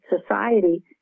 society